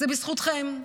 זה בזכותכם,